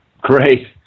Great